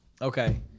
okay